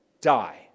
die